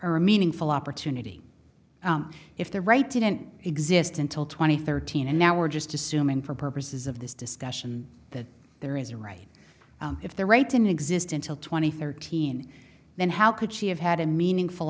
or a meaningful opportunity if the right didn't exist until twenty thirteen and now we're just assuming for purposes of this discussion that there is a right if their right to exist until twenty thirteen then how could she have had a meaningful